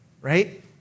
right